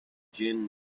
gin